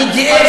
תתבייש,